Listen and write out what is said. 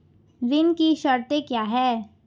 ऋण की शर्तें क्या हैं?